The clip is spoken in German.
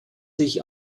sich